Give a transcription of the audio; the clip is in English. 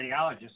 radiologist